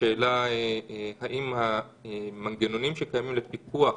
השאלה האם המנגנונים שקיימים לפיקוח